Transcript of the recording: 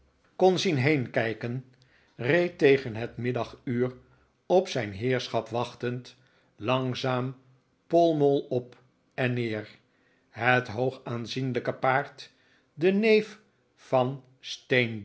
kon zien heenkijken reed tegen het middaguur op zijn heerschap wachtend langzaam pall mall op en neer het hoog aanzienlijke paard de neef van